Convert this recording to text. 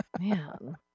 Man